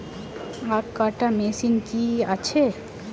আখ কাটা মেশিন কি আছে?